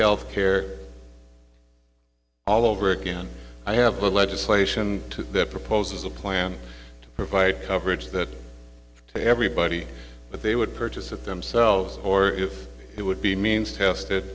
health care all over again i have legislation to propose a plan to provide coverage that to everybody but they would purchase it themselves or if it would be means tested